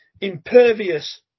Impervious